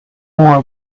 more